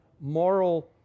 moral